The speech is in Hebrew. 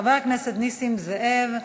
חבר הכנסת נסים זאב,